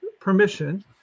permission